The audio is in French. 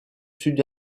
sud